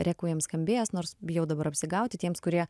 requiem skambėjęs nors bijau dabar apsigauti tiems kurie